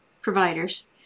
providers